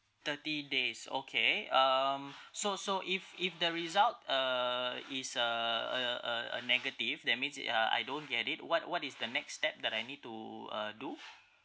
thirty days okay um so so if if the result uh is a a a a negative that means it uh I don't get it what what is the next step that I need to uh do